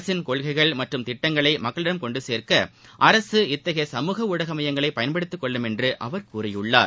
அரசின் கொள்கைகள் மற்றும் திட்டங்களை மக்களிடம் கொண்டு சேர்க்க அரசு இத்தகைய சமூக ஊடக மையங்களை பயன்படுத்திக் கொள்ளும் என்று அவர் கூறியுள்ளார்